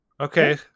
okay